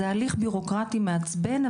זה הליך בירוקרטי מעצבן,